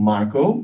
Marco